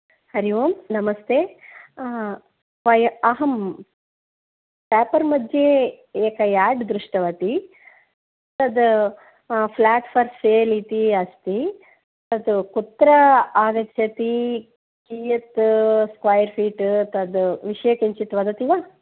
हरि ओं नमस्ते वय अहं पेपर् मध्ये एकं एड् दृष्टवती तत् फ़्लाट् फ़ार् सेल् इति अस्ति तत् कुत्र आगच्छति कीयत् स्क्वयर् फीट् तत् विषये किञ्चित् वदति वा